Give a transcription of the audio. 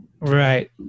Right